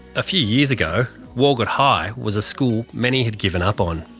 a few years ago, walgett high was a school many had given up on,